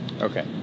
Okay